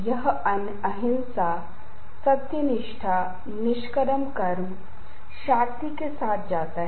यह मन और शरीर के विभिन्न भागों के ऑक्सीकरण के लिए किया जाता है